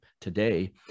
today